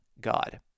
God